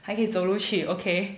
还可以走路去 ok